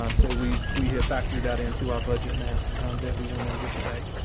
um so we've we have factored that into our budget now that we went over today,